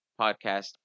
podcast